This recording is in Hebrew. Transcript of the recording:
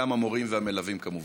גם המורים והמלווים כמובן.